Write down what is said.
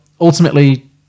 ultimately